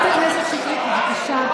בבקשה,